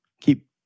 Keep